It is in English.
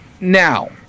Now